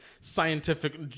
scientific